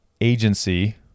Agency